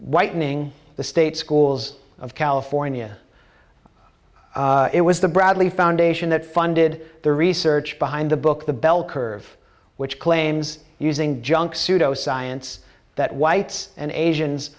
whitening the state schools of california it was the bradley foundation that funded the research behind the book the bell curve which claims using junk pseudo science that whites and asians